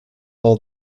all